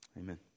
Amen